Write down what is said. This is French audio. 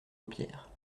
paupières